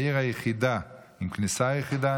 העיר היחידה עם כניסה יחידה,